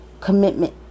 commitment